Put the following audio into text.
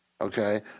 okay